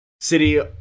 City